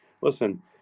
Listen